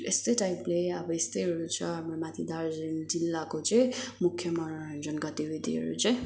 यस्तै टाइपले अब यस्तैहरू छ हाम्रो माथि दार्जिलिङ जिल्लाको चाहिँ मुख्य मनोरञ्जन गतिविधिहरू चाहिँ